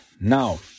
now